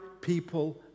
people